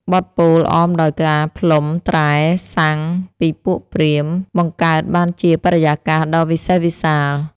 បទពោលអមដោយការផ្លុំត្រែស័ង្ខពីពួកព្រាហ្មណ៍ បង្កើតបានជាបរិយាកាសដ៏វិសេសវិសាល។